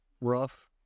rough